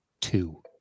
two